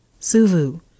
Suvu